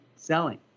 Selling